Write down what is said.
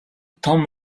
том